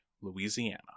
Louisiana